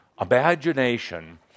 Imagination